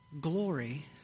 glory